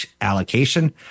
allocation